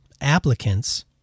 applicants